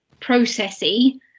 processy